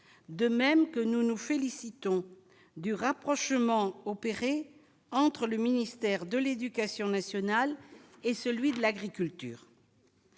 de même que nous nous félicitons du rapprochement opéré entre le ministère de l'Éducation nationale et celui de l'agriculture.